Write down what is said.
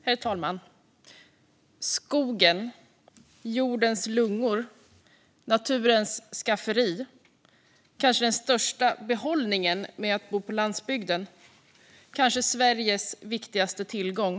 Herr talman! Skogen är jordens lungor och naturens skafferi. Den är kanske den största behållningen med att bo på landsbygden och Sveriges viktigaste tillgång.